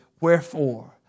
Wherefore